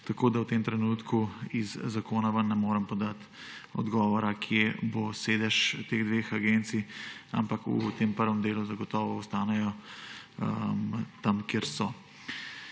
tako da v tem trenutku iz zakona ne morem podati odgovora, kje bo sedež teh dveh agencij, ampak v tem prvem delu zagotovo ostanejo tam, kjer so.